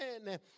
amen